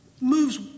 moves